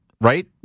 right